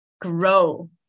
grow